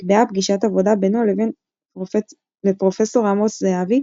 נקבעה פגישת עבודה בינו לפרופ' אמוץ זהבי,